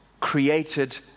created